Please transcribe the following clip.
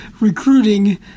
recruiting